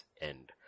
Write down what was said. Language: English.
end